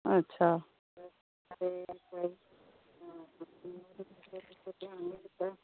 अच्छा